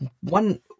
One